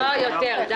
לא, יותר.